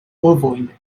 ovojn